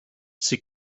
she